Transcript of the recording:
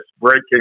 breaking